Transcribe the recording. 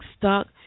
stuck